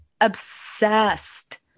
obsessed